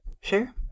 Sure